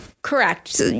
Correct